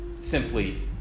simply